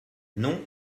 non